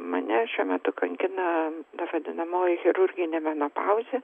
mane šiuo metu kankina vadinamoji chirurginė menopauzė